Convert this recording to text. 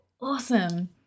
awesome